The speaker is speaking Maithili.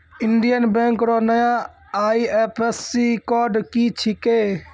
इंडियन बैंक रो नया आई.एफ.एस.सी कोड की छिकै